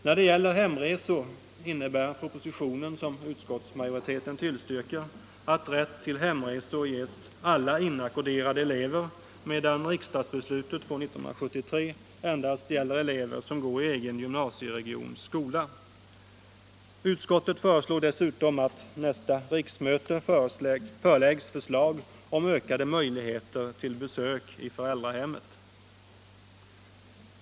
När det gäller hemresor innebär propositionens förslag, som utskottsmajoriteten tillstyrker, att rätt till hemresor ges alla inackorderade elever, medan riksdagsbeslutet 1973 endast gäller elever som går i egen gymnasieregions skola. Utskottet föreslår dessutom att nästa riksmöte föreläggs förslag om ökade möjligheter till besök i föräldrahemmet.